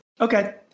Okay